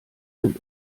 sind